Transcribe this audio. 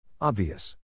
Obvious